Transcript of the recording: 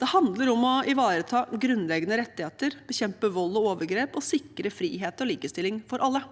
Det handler om å ivareta grunnleggende rettigheter, bekjempe vold og overgrep og sikre frihet og likestilling for alle.